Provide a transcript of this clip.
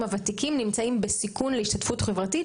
הוותיקים נמצאים בסיכון בהשתתפות חברתית,